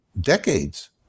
decades